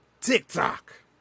TikTok